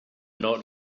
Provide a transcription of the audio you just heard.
not